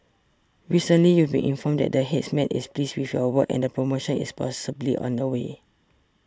recently you've been informed that the Headman is pleased with your work and a promotion is possibly on the way